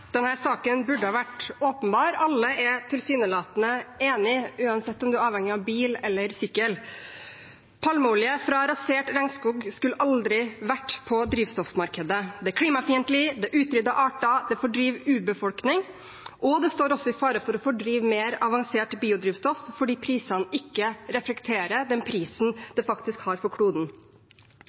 tilsynelatende enige, uansett om man er avhengig av bil eller sykkel. Palmeolje fra rasert regnskog skulle aldri ha vært på drivstoffmarkedet. Den er klimafiendtlig, den utrydder arter, den fordriver urbefolkning, og den står også i fare for å fordrive mer avansert biodrivstoff fordi prisene ikke reflekterer den prisen det faktisk har for kloden.